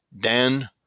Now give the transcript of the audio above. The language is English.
Dan